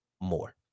more